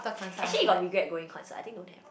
actually you got regret going concert I think don't have